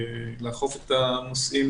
לאכוף את הנושאים